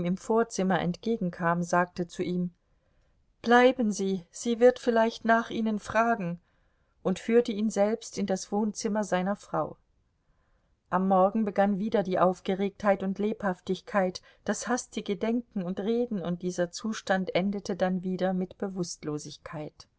im vorzimmer entgegenkam sagte zu ihm bleiben sie sie wird vielleicht nach ihnen fragen und führte ihn selbst in das wohnzimmer seiner frau am morgen begann wieder die aufgeregtheit und lebhaftigkeit das hastige denken und reden und dieser zustand endete dann wieder mit bewußtlosigkeit